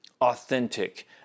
authentic